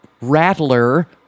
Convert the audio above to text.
Rattler